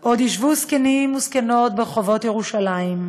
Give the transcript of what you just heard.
"עוד ישבו זקנים וזקנות ברחבות ירושלם,